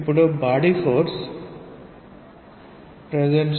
అంటే అది ఒక రెక్ట్అంగ్యులర్ ట్యాంక్